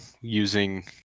using